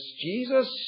Jesus